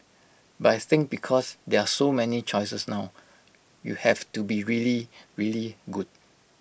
but I think because there are so many choices now you have to be really really good